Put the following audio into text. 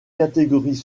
catégories